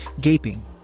gaping